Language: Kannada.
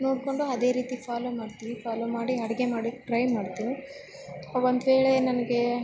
ನೋಡ್ಕೊಂಡು ಅದೇ ರೀತಿ ಫಾಲೋ ಮಾಡ್ತೀನಿ ಫಾಲೋ ಮಾಡಿ ಅಡ್ಗೆ ಮಾಡ್ಲಿಕ್ಕೆ ಟ್ರೈ ಮಾಡ್ತೀನಿ ಒಂದು ವೇಳೆ ನನಗೆ